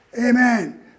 Amen